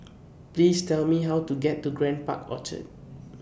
Please Tell Me How to get to Grand Park Orchard